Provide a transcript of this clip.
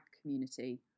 community